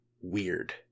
weird